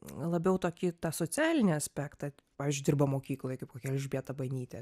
labiau tokį tą socialinį aspektą pavyzdžiui dirba mokykloj kaip kokia elžbieta banytė